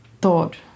thought